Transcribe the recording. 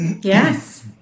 Yes